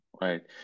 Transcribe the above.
right